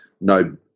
no